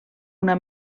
una